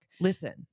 listen